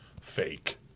Fake